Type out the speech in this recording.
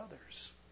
others